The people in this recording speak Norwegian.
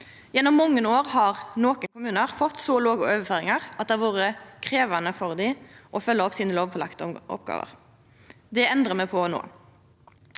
Gjennom mange år har nokre kommunar fått så låge overføringar at det har vore krevjande for dei å følgja opp sine lovpålagde oppgåver. Det endrar me på no.